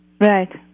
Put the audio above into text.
Right